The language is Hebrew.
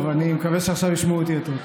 אני מקווה שעכשיו ישמעו אותי טוב יותר.